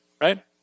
right